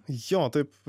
jo taip